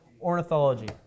Ornithology